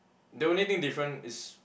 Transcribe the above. the only thing different is